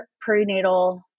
prenatal